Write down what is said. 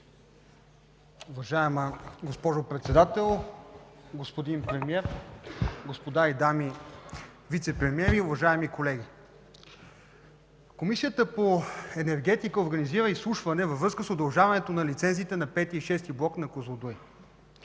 Уважаема госпожо Председател, господин Премиер, дами и господа вицепремиери, уважаеми колеги! Комисията по енергетика организира изслушване във връзка с удължаване на лицензиите на V и VІ блок на „Козлодуй”